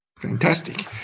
Fantastic